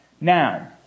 Now